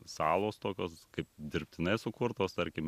salos tokios kaip dirbtinai sukurtos tarkim